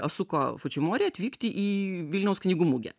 asuko fudžimori atvykti į vilniaus knygų mugę